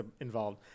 involved